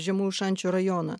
žemųjų šančių rajoną